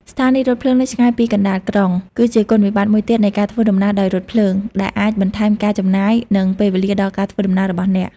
ស្ថានីយ៍រថភ្លើងនៅឆ្ងាយពីកណ្តាលក្រុង គឺជាគុណវិបត្តិមួយទៀតនៃការធ្វើដំណើរដោយរថភ្លើង ដែលអាចបន្ថែមការចំណាយ និងពេលវេលាដល់ការធ្វើដំណើររបស់អ្នក។